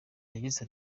yagize